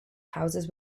houses